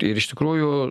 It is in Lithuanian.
ir iš tikrųjų